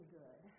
good